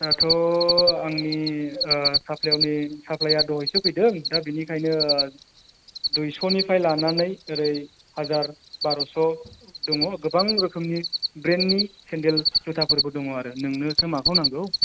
दाथ' आंनि साप्लायाव नै साप्लायआ दहायसो फैदों दा बेनिखायनो दुइस'निफ्राय लानानै ओरै हाजार बार'स' दङ गोबां रोखोमनि ब्रेन्डनि सेन्देल जुथाफोरबो दङ आरो नोंनोसो माखौ नांगौ